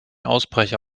ausbrecher